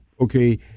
okay